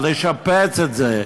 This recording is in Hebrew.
לשפץ את זה,